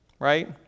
right